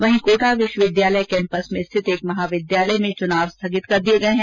वहीं कोटा विश्वविद्यालय कैम्पस में स्थित एक महाविद्यालय में चुनाव स्थगित किये गये है